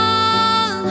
on